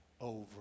over